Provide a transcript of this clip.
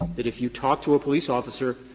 that if you talk to a police officer,